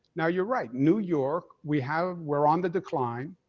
now, you're right, new york, we have we're on the decline.